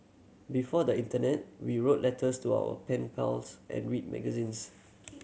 before the internet we wrote letters to our pen pals and read magazines